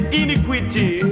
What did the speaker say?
iniquity